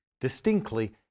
distinctly